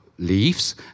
leaves